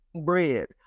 bread